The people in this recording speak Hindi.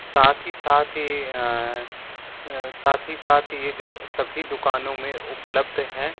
साथ ही साथ साथ ही साथ ये जो सभी दुकानों में उपलब्ध है